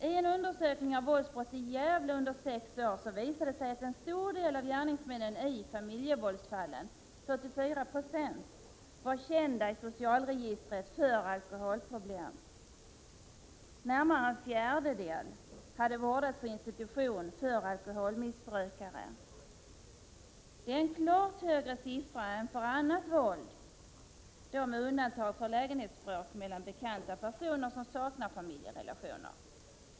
I en undersökning av våldsbrott i Gävle under sex år visade det sig att en stor del av gärningsmännen i familjevåldsfallen, 44 96, var kända i socialregistret för alkoholproblem. Närmare en fjärdedel hade vårdats på institution för alkoholmissbrukare. Det är en klart högre siffra än för annat våld, med undantag för lägenhetsbråk mellan bekanta personer som saknar familjerelation.